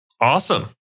Awesome